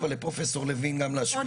לפרופסור לוין לדבר?